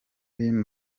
hino